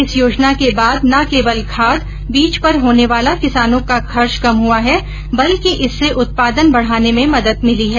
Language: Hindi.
इस योजना के बाद न केवल खाद बीज पर होने वाला किसानों का खर्च कम हुआ है बल्कि इससे उत्पादन बढाने में मदद मिली है